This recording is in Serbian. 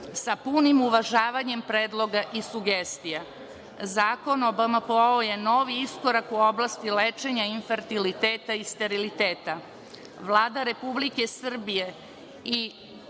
sa punim uvažavanjem predloga i sugestija. Zakon o BMPO-u je novi iskorak u oblasti lečenja infartiliteta i steriliteta. Vlada Republike Srbije i